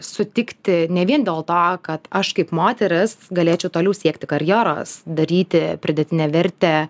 sutikti ne vien dėl to kad aš kaip moteris galėčiau toliau siekti karjeros daryti pridėtinę vertę